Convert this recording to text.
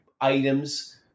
items